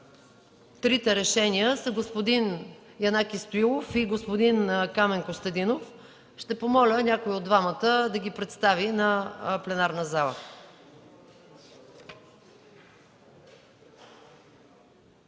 трите решения са господин Янаки Стоилов и господин Камен Костадинов. Ще помоля някой от двамата да ги представи на пленарната зала.